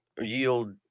yield